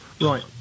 Right